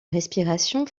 respiration